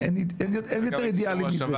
אין יותר אידיאלי מזה.